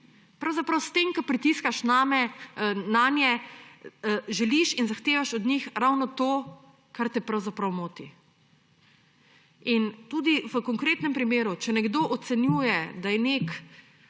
Pravzaprav s tem, ko pritiskaš nanje, želiš in zahtevaš od njih ravno to, kar te pravzaprav moti. Tudi v konkretnem primeru, če nekdo ocenjuje, da je po